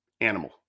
animal